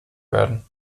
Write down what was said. werden